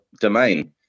domain